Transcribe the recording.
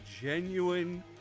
genuine